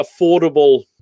affordable